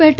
પેટ